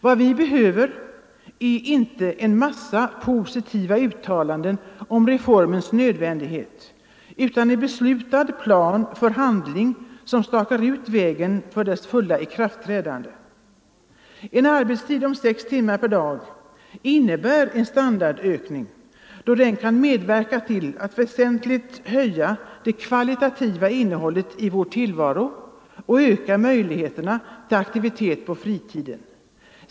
Vad vi behöver är inte en massa positiva uttalanden om reformens nödvändighet, utan en beslutad plan för handling som stakar ut vägen för dess fulla ikraftträdande. En arbetstid om sex timmar per dag innebär en standardökning, då den kan medverka till att väsentligt höja det kvalitativa innehållet i vår tillvaro och öka möjligheterna till aktivitet på fritiden.